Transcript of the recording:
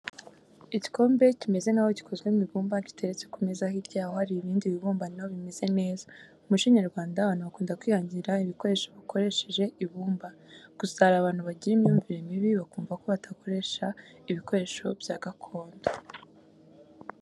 Igikombe kimeze nkaho gikozwe mu ibumba giteretse ku meza hirya yaho hari ibindi bibumbano bimeze neza. Mu muco Nyarwanda abantu bakunda kwihangira ibikoresho bakoresheje ibumba, gusa hari abantu bagira imyumvire mibi bakumva ko batakoresha ibikoresho bya gakondo.